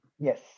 Yes